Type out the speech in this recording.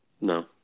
No